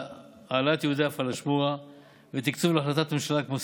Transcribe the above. העלאת יהודי הפלאשמורה ותקצוב להחלטות ממשלה כמו